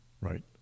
right